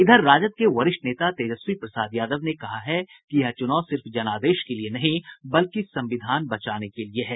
इधर राजद के वरिष्ठ नेता तेजस्वी प्रसाद यादव ने कहा है कि यह चुनाव सिर्फ जनादेश के लिये नहीं बल्कि संविधान बचाने के लिये है